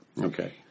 Okay